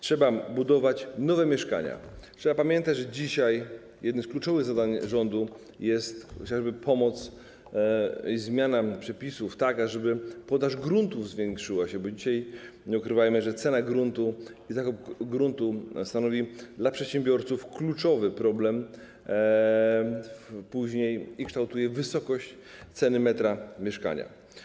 Trzeba budować nowe mieszkania, trzeba pamiętać, że dzisiaj jednym z kluczowych zadań rządu jest chociażby pomoc i zmiana przepisów tak, ażeby podaż gruntów się zwiększyła, bo nie ukrywajmy, że dzisiaj cena gruntu stanowi dla przedsiębiorców kluczowy problem później i kształtuje wysokość ceny metra mieszkania.